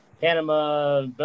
Panama